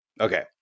Okay